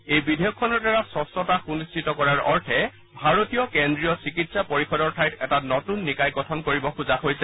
এই বিধেয়কখনৰ দ্বাৰা স্বচ্ছতা সুনিশ্চিত কৰাৰ অৰ্থে ভাৰতীয় কেন্দ্ৰীয় চিকিৎসা পৰিষদৰ ঠাইত এটা নতুন নিকায় গঠন কৰিব খোজা হৈছে